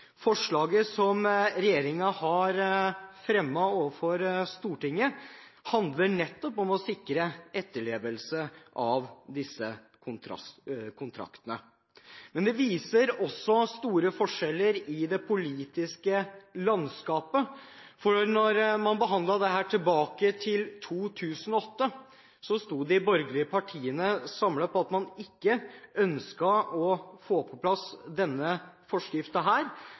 Forslaget som regjeringen har fremmet overfor Stortinget, handler nettopp om å sikre etterlevelse av forskriften i disse kontraktene. Men det viser også store forskjeller i det politiske landskapet, for da man behandlet dette i 2008, sto de borgerlige partiene samlet om at man ikke ønsket å få på plass denne